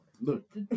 Look